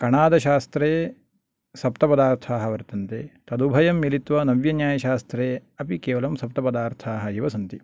कणादशास्त्रे सप्तपदार्थाः वर्तन्ते तदुभयं मिलित्वा नव्यन्यायशास्त्रे अपि केवलं सप्तपदार्थाः एव सन्ति